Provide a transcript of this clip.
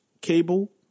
cable